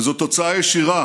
וזו תוצאה ישירה